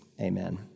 Amen